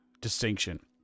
distinction